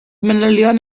manylion